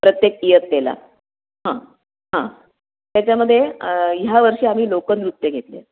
प्रत्येक इयत्तेला हां हां त्याच्यामध्ये ह्या वर्षी आम्ही लोकनृत्य घेतलं आहे